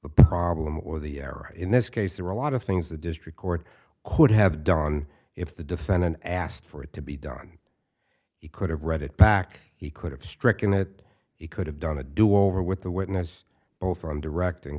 the problem or the error in this case there are a lot of things the district court could have done if the defendant asked for it to be done he could have read it back he could have stricken that he could have done a do over with the witness both from direct